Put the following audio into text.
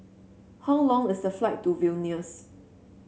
how long is the flight to Vilnius